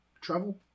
travel